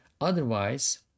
Otherwise